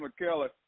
McKellar